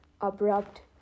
abrupt